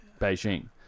Beijing